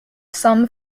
some